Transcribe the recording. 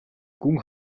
гүн